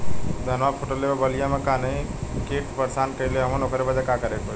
धनवा फूटले पर बलिया में गान्ही कीट परेशान कइले हवन ओकरे बदे का करे होई?